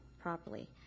properly